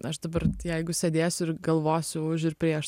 aš dabar jeigu sėdėsiu ir galvosiu už ir prieš